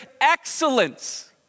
excellence